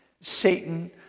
Satan